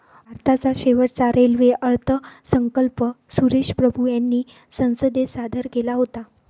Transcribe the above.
भारताचा शेवटचा रेल्वे अर्थसंकल्प सुरेश प्रभू यांनी संसदेत सादर केला होता